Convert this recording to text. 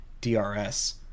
DRS